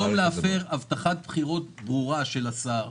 במקום להפר הבטחת בחירות ברורה של השר,